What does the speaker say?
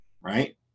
Right